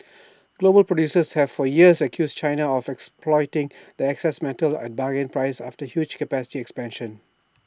global producers have for years accused China of exporting its excess metal at bargain prices after huge capacity expansions